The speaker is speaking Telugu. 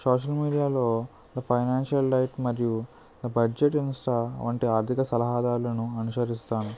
సోషల్ మీడియాలో ఫైనాన్షియల్ డైట్ మరియు బడ్జెట్ వంటి ఆర్థిక సలహాదారులను అనుసరిస్తాను